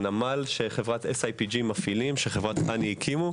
הנמל שחברת SIPG מפעילים, שחברת חנ"י הקימה.